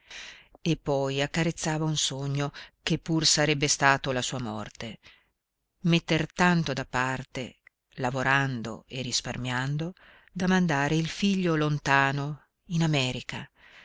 e poi accarezzava un sogno che pur sarebbe stato la sua morte metter tanto da parte lavorando e risparmiando da mandare il figlio lontano in america